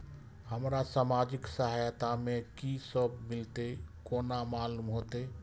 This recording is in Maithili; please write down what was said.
हमरा सामाजिक सहायता में की सब मिलते केना मालूम होते?